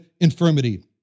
infirmity